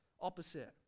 opposite